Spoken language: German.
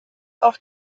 auf